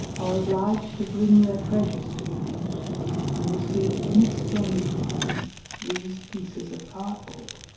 are obliged to bring their treasures to the mint and receive in exchange for them these pieces of card-board,